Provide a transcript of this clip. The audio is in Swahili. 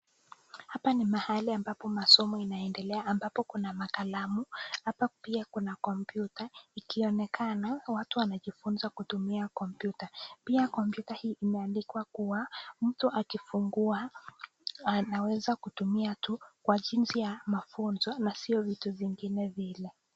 Hapa ni mahali ambapo masomo inaendelea ambapo kuna makalamu. Hapa pia kuna kompyuta ikionekana watu wamejifunza kutumia kompyuta. Pia kompyuta hii imeandikwa kuwa mtu akifungua anaweza kutumia to kwa jinsi ya mafunzo na si kwa vitu vingine vile.